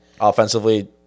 Offensively